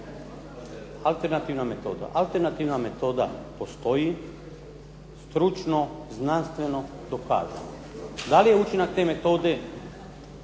alternativna metoda. Alternativna metoda postoji, stručno, znanstveno dokazano. Da li je učinak te metode